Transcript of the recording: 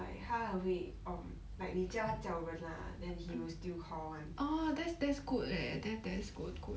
like 他会 um like 你叫他叫人 lah then he will still call [one]